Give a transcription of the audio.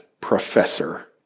professor